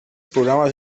programes